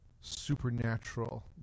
supernatural